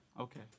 Okay